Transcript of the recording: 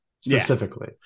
specifically